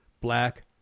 black